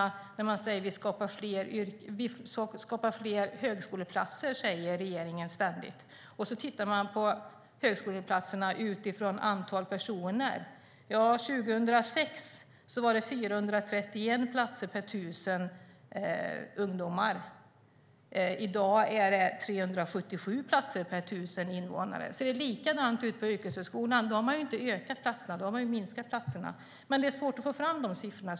Regeringen säger ständigt att den skapar fler högskoleplatser, men då kan vi titta på högskoleplatserna utifrån antal personer. År 2006 var det 431 platser per 1 000 ungdomar, och i dag är det 377 platser per 1 000 invånare. Om det ser likadant ut på yrkeshögskolan har man ju inte ökat antalet platser utan minskat antalet platser. Men det är svårt att få fram de siffrorna.